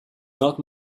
not